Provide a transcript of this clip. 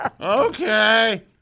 Okay